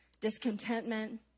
discontentment